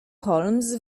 holmes